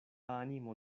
animo